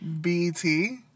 BT